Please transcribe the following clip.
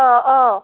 অ' অ'